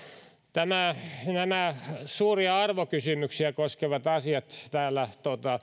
nämä suuria arvokysymyksiä koskevat asiat täällä